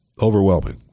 overwhelming